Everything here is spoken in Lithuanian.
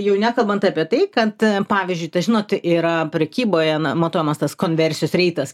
jau nekalbant apie tai kad pavyzdžiui tas žinot yra prekyboje na matuojamas tas konversijos reitas